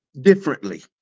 differently